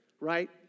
Right